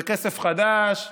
זה כסף חדש באבוהה.